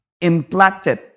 Implanted